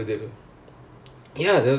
like the whole organizing committee is it